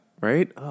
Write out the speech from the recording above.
right